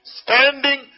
standing